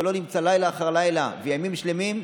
שלא נמצא לילה אחרי לילה וימים שלמים,